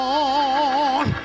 on